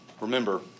Remember